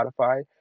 Spotify